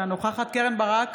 אינה נוכחת קרן ברק,